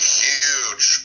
huge